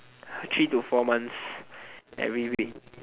three to four months every week